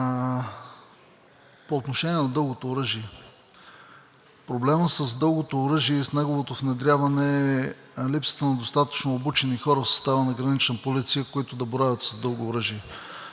по отношение на дългото оръжие. Проблемът с дългото оръжие и с неговото внедряване е липсата на достатъчно обучени хора в състава на Гранична полиция, които да боравят с дълго оръжие.